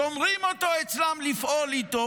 שומרים אותו אצלם לפעול איתו,